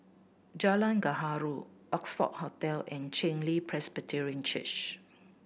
Jalan Gaharu Oxford Hotel and Chen Li Presbyterian Church